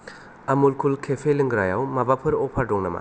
आमुल कुल केफे लोंग्रायाव माबाफोर अफार दं नामा